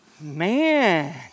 Man